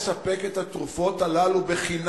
פניתי אין-סוף פעמים: בואו נספק את התרופות הללו חינם.